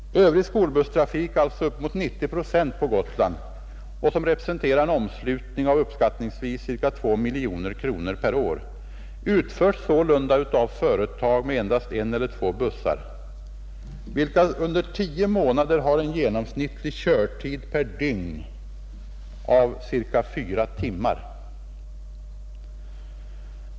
Övrig skolbusstrafik, upp emot 90 procent, på Gotland och som representerar en omslutning av uppskattningsvis ca två miljoner kronor per år, utförs sålunda av företag med endast en eller två bussar, vilka under tio månader har en genomsnittlig körtid per dygn av ca fyra timmar.